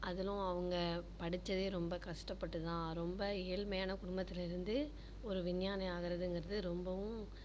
அதிலும் அவங்க படித்ததே ரொம்ப கஷ்டப்பட்டு தான் ரொம்ப ஏழ்மையான குடும்பத்தில் இருந்து ஒரு விஞ்ஞானி ஆகிறதுங்குறது ரொம்பவும்